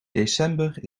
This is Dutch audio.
december